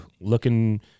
looking